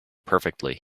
perfectly